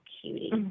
cutie